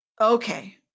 okay